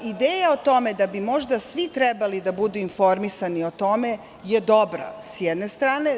Ideja o tome da bi možda svi trebali da budu informisani o tome je dobra, sa jedne strane.